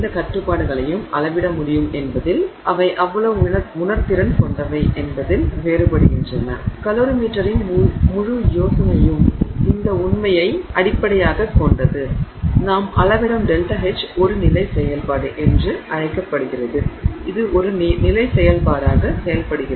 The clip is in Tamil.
கட்டுப்பாட்டுகளையும் அளவிட முடியும் என்பதில் அவை எவ்வளவு உணர்திறன் கொண்டவை என்பதில் வேறுபடுகின்றன கலோரிமீட்டரியின் முழு யோசனையும் இந்த உண்மையை அடிப்படையாகக் கொண்டது நாம் அளவிடும் ΔH ஒரு நிலை செயல்பாடு என்று அழைக்கப்படுகிறது இது ஒரு நிலை செயல்பாடாக செயல்படுகிறது